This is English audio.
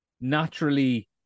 naturally